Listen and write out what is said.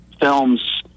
films